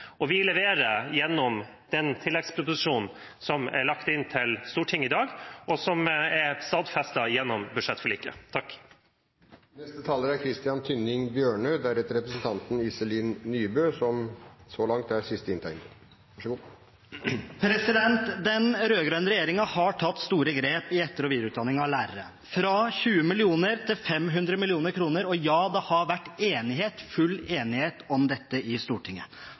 og vi leverer gjennom den tilleggsproposisjonen som debatteres Stortinget i dag, og som er stadfestet gjennom budsjettforliket. Den rød-grønne regjeringen har tatt store grep i etter- og videreutdanning av lærere – fra 20 mill. kr til 500 mill. kr – og – ja, det har vært full enighet om dette i Stortinget,